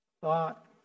thought